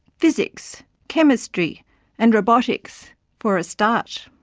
physics, chemistry and robotics for a start.